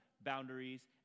boundaries